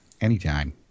Anytime